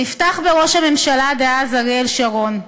נפתח בראש הממשלה דאז, אריאל שרון: